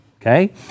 okay